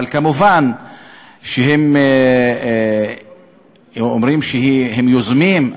אבל מובן שהם אומרים שהם יוזמים,